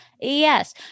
yes